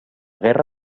guerra